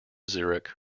zurich